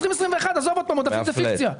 זאת פיקציה.